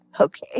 Okay